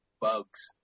bugs